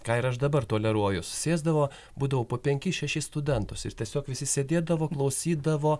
ką ir aš dabar toleruoju susėsdavo būdavau po penkis šešis studentus ir tiesiog visi sėdėdavo klausydavo